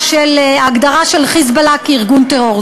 ההגדרה של "חיזבאללה" כארגון טרור,